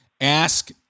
ask